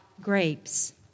grapes